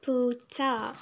പൂച്ച